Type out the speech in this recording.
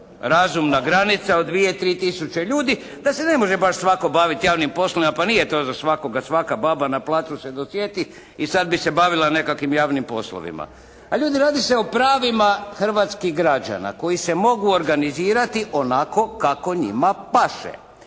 razumna granica od dvije, tri tisuće ljudi da se ne može baš svatko baviti javnim poslovima, pa nije to za svakoga da svaka baba na placu se dosjeti i sada bi se bavila nekakvim javnim poslovima. Ljudi radi se o pravima hrvatskih građana koji se mogu organizirati onako kako njima paše